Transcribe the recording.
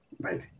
Right